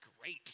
great